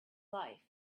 life